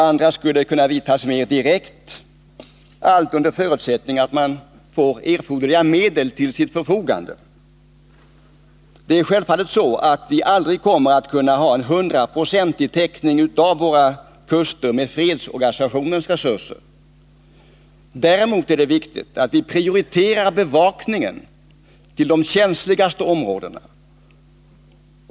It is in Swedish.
Andra skulle kunna vidtas mer direkt, allt under förutsättning att man får erforderliga medel till sitt förfogande. Självfallet kommer vi aldrig att kunna få en hundraprocentig täckning av våra kuster med fredsorganisationens resurser. Däremot är det viktigt att vi prioriterar bevakningen av de känsligaste områdena.